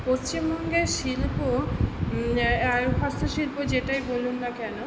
পশ্চিমবঙ্গের আর শিল্প হস্তশিল্প যেটাই বলুন না কেন